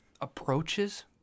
approaches